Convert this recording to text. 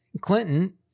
Clinton